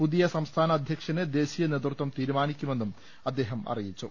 പുതിയ സംസ്ഥാന അധ്യക്ഷനെ ദേശീയ നേതൃത്വം തീരുമാനിക്കുമെന്നും അദ്ദേഹം അറി യിച്ചു